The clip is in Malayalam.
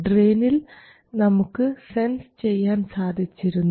ഡ്രയിനിൽ നമുക്ക് സെൻസ് ചെയ്യാൻ സാധിച്ചിരുന്നു